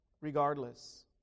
regardless